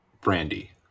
Brandy